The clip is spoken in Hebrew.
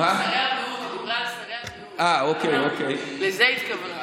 היא דיברה על שרי הבריאות, לזה היא התכוונה.